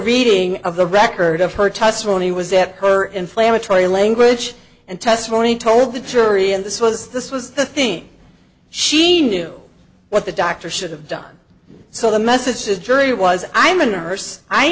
reading of the record of her testimony was that her inflammatory language and testimony told the jury and this was this was the thing she knew what the doctor should have done so the message to the jury was i'm a nurse i